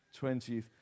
20th